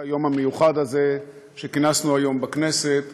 היום המיוחד הזה שכינסנו היום בכנסת